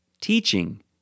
teaching